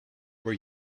were